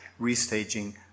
restaging